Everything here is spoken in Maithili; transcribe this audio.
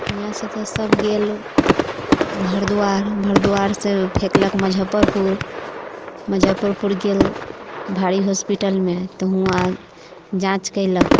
यहाँसँ तऽ सभ गेल भरदुआर भरदुआरसँ फेकलक मुजफ्फरपुर मुजफ्फरपुर गेल भारी हॉस्पिटलमे तऽ हुआँ जाँच कयलक